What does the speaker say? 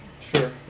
Sure